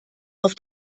auf